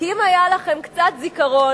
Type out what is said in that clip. כי אם היה לכם קצת זיכרון,